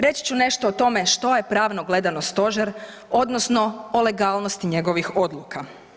Reći ću nešto o tome što je pravno gledano Stožer odnosno o legalnosti njegovih odluka.